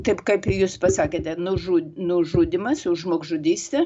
taip kaip jus pasakėte nužu nužudymas žmogžudystė